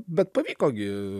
bet pavyko gi